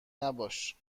نباش